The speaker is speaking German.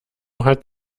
hat